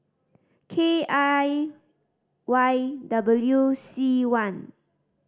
K I Y W C one